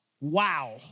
Wow